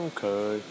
Okay